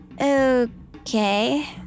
Okay